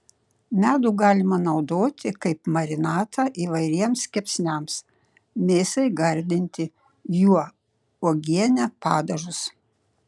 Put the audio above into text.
medų galima naudoti kaip marinatą įvairiems kepsniams mėsai gardinti juo uogienę padažus